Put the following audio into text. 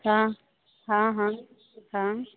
हाँ हाँ हाँ हाँ